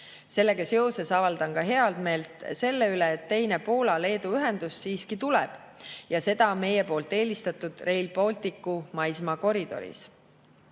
Sellega seoses avaldan ka heameelt selle üle, et teine Poola-Leedu ühendus siiski tuleb ja seda meie eelistatud Rail Balticu maismaakoridoris.